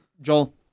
Joel